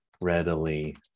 readily